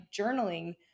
journaling